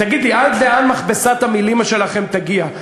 תגיד לי, עד לאן מכבסת המילים שלכם תגיע?